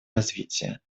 развития